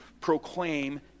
proclaim